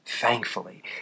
thankfully